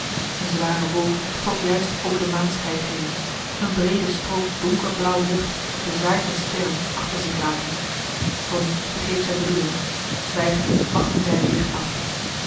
een zware wolk trok juist over de maanschijf heen een breede strook donker blauwe lucht bezaaid met sterren achter zich latende tonie begreep zijn bedoeling zwijgend wachtten zij het licht af